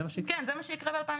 מה זה השיטה הזאת של הקאפ?